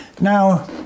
Now